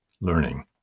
learning